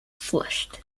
flushed